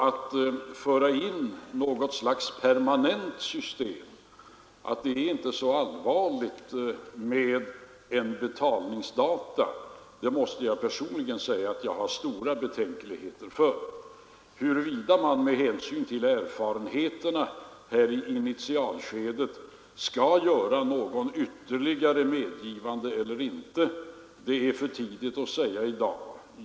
Att föra in som något slags permanent system att det inte är så allvarligt med ett betalningsdatum, det har jag personligen stora betänkligheter inför. Huruvida man med hänsyn till erfarenheterna här i initialskedet skall göra något ytterligare medgivande eller inte är för tidigt att säga i dag.